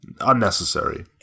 unnecessary